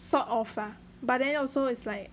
sort of ah but then also is like